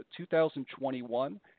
2021